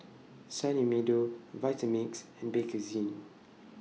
Sunny Meadow Vitamix and Bakerzin